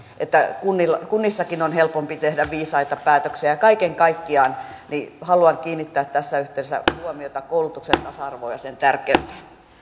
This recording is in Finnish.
että kunnissakin kunnissakin on helpompi tehdä viisaita päätöksiä kaiken kaikkiaan haluan kiinnittää tässä yhteydessä huomiota koulutuksen tasa arvoon ja sen tärkeyteen